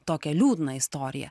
tokią liūdną istoriją